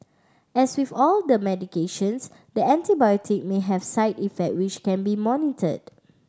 as with all the medications the antibiotic may have side effect which can be monitored